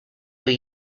were